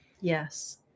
Yes